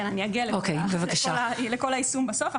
כן אני אגיע לכל היישום בסוף.